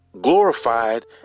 Glorified